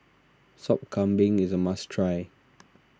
Sop Kambing is a must try